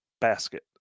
basket